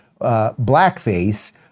blackface